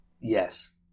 Yes